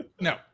No